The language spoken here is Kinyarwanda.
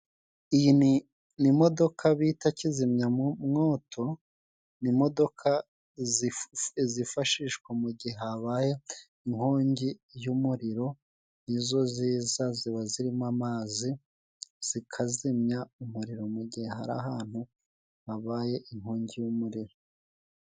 Iyi ni imodoka bita kizimya mu mwoto, ni imodoka zifu zifashishwa mu gihe habaye inkongi y'umuriro, nizo ziza ziba zirimo amazi zikazimya umuriro mu gihe hari ahantu habaye inkongi y'umuriro.